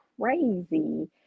crazy